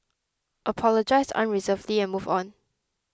apologise unreservedly and move on